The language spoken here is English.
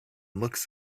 looks